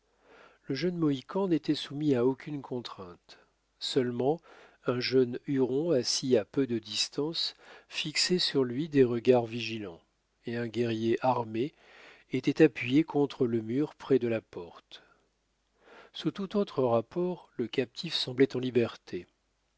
le jeune mohican n'était soumis à aucune contrainte seulement un jeune huron assis à peu de distance fixait sur lui des regards vigilants et un guerrier armé était appuyé contre le mur près de la porte sous tout autre rapport le captif semblait en liberté